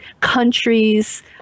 countries